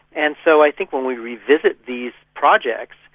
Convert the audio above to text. and so i think when we revisit these projects,